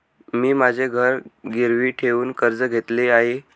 मी माझे घर गिरवी ठेवून कर्ज घेतले आहे